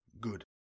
Good